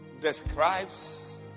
Describes